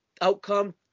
outcome